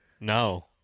no